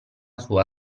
sua